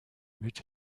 but